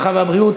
הרווחה והבריאות.